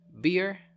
beer